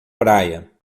praia